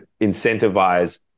incentivize